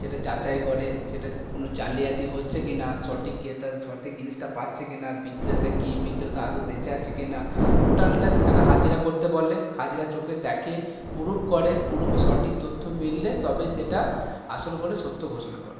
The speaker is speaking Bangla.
সেটা যাচাই করে সেটা কোনো জালিয়াতি হচ্ছে কিনা সঠিক ক্রেতা সঠিক জিনিসটা পাচ্ছে কিনা বিক্রেতা কি বিক্রেতা আদৌ বেঁচে আছে কিনা টোটালটা সেখানে হাজিরা করতে বলে হাজিরা চোখে দেখে পুরুফ করে পুরুফে সঠিক তথ্য মিললে তবেই সেটা আসল বলে সত্য ঘোষণা করে